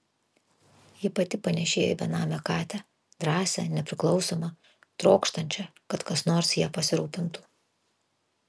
ji pati panėšėjo į benamę katę drąsią nepriklausomą trokštančią kad kas nors ja pasirūpintų